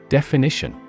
Definition